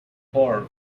four